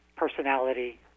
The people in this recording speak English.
personality